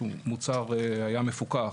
מוצר מפוקח,